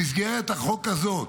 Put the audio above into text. במסגרת החוק הזה,